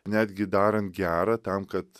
netgi darant gera tam kad